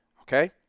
okay